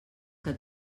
que